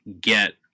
get